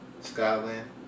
Scotland